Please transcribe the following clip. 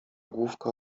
główkę